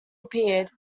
appeared